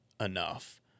enough